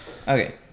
Okay